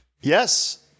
Yes